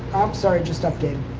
i'm sorry, it just updated